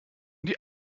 die